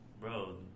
bro